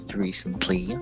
recently